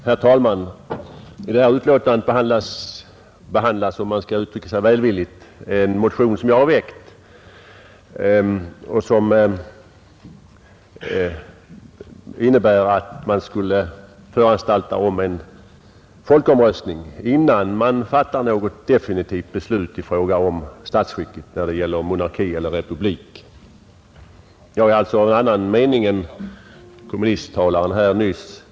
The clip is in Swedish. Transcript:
Herr talman! I detta utskottsutlåtande behandlas — om jag nu skall uttrycka mig välvilligt — en motion som jag väckt och som innebär att vi skulle föranstalta om en folkomröstning innan beslut fattas om statsskicket när det gäller monarki eller republik. Jag är i den frågan av annan mening än den senaste talaren från kommunistiska partiet.